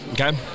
Okay